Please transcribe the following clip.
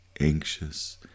anxious